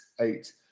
eight